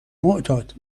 معتاد